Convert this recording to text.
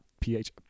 PH